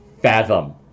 fathom